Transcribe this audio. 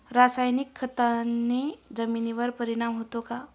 रासायनिक खताने जमिनीवर परिणाम होतो का?